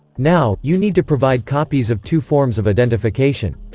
now, you need to provide copies of two forms of identification.